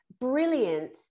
brilliant